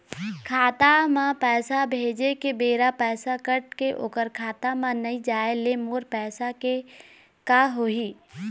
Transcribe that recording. खाता म पैसा भेजे के बेरा पैसा कट के ओकर खाता म नई जाय ले मोर पैसा के का होही?